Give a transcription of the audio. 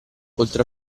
oltre